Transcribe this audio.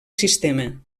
sistema